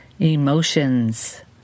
emotions